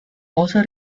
also